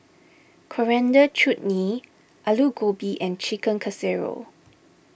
Coriander Chutney Alu Gobi and Chicken Casserole